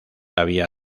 había